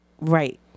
Right